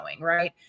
right